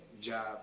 job